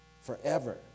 forever